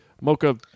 Mocha